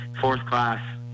fourth-class